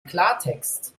klartext